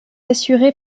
assuré